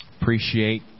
Appreciate